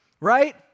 right